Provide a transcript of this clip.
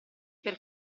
per